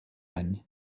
any